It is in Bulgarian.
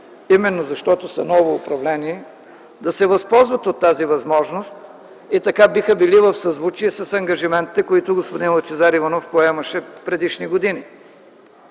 именно защото са ново управление да се възползват от тази възможност и така би била в съзвучие с ангажиментите, които господин Лъчезар Иванов поемаше в предишни години.